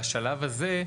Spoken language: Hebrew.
בשלב הזה,